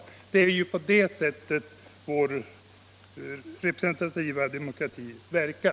= förvaltning Det är ju så vår representativa demokrati verkar.